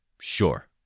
Sure